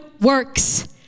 works